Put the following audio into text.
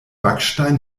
backstein